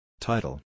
Title